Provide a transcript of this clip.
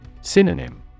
Synonym